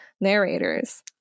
narrators